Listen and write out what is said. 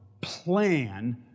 plan